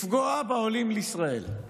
לפגוע בעולים לישראל,